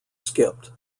skipped